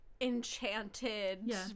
enchanted